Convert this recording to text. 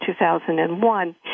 2001